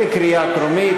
קריאה טרומית.